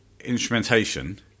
instrumentation